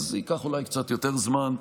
ייקח אולי קצת יותר זמן,